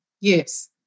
Yes